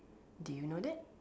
do you know that